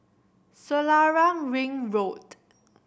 Selarang Ring Road